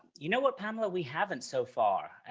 you know what pamela, we haven't so far.